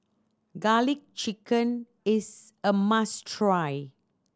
Garlic Chicken is a must try